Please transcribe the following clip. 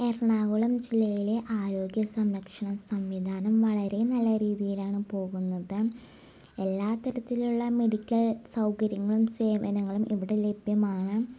എറണാകുളം ജില്ലയിലെ ആരോഗ്യ സംരക്ഷണ സംവിധാനം വളരെ നല്ല രീതിയിലാണ് പോകുന്നത് എല്ലാ തരത്തിലുള്ള മെഡിക്കൽ സൗകര്യങ്ങളും സേവനങ്ങളും ഇവിടെ ലഭ്യമാണ്